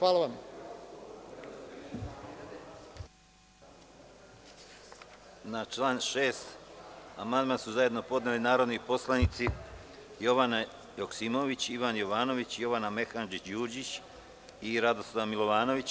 Na član 6. amandman su zajedno podneli narodni poslanici Jovana Joksimović, Ivan Jovanović, Jovana Mehandžić Đurđić i Radoslav Milovanović.